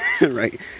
right